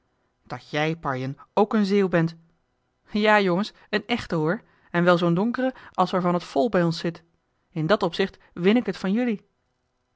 dat jij parjen ook een zeeuw bent ja jongens een echte hoor en wel zoo'n donkere als waarvan het vol bij ons zit in dat opzicht win ik het van jelui